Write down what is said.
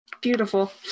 Beautiful